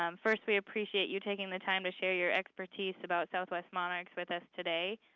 um first, we appreciate you taking the time to share your expertise about southwest monarchs with us today.